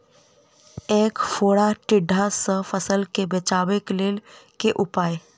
ऐंख फोड़ा टिड्डा सँ फसल केँ बचेबाक लेल केँ उपाय?